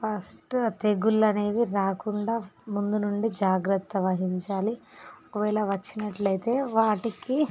first తెగుళ్ళు అనేవి రాకుండా ముందు నుండి జాగ్రత్త వహించాలి ఒకవేళ వచ్చినట్లు అయితే వాటికి